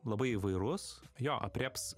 labai įvairus jo aprėps